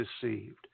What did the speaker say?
deceived